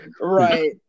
Right